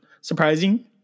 surprising